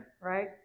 Right